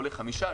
עולה 5,